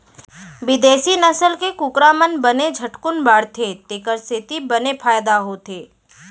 बिदेसी नसल के कुकरा मन बने झटकुन बाढ़थें तेकर सेती बने फायदा होथे